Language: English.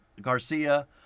Garcia